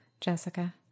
Jessica